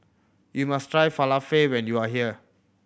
you must try Falafel when you are here